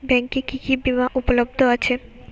ব্যাংকে কি কি বিমা উপলব্ধ আছে?